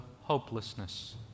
hopelessness